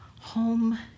Home